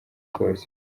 kose